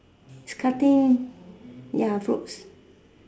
is cutting ya fruits